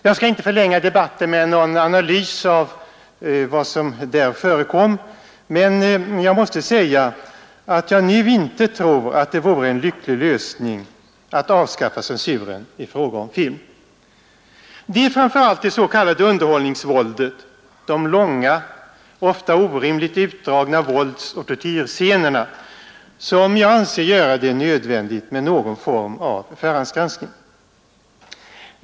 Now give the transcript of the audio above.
Jag skall inte förlänga debatten med någon analys av vad som där förekom, men jag måste säga att jag nu inte tror att det vore en lycklig lösning att avskaffa censuren i fråga om film. Det är framför allt det s.k. underhållningsvåldet — de långa, ofta orimligt utdragna våldsoch tortyrscenerna — som jag anser gör det nödvändigt med någon form av förhandsgranskning.